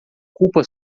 culpa